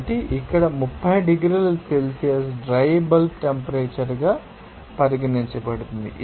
కాబట్టి ఇక్కడ 30 డిగ్రీల సెల్సియస్ డ్రై బల్బ్ టెంపరేచర్ గా పరిగణించబడుతుంది